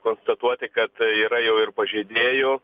konstatuoti kad yra jau ir pažeidėjų